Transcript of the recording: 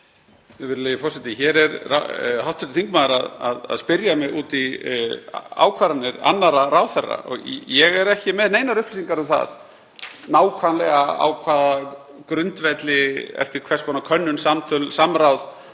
Virðulegi forseti. Hér er hv. þingmaður að spyrja mig út í ákvarðanir annarra ráðherra og ég er ekki með neinar upplýsingar um það nákvæmlega á hvaða grundvelli — eftir hvers konar könnun, samtöl, samráð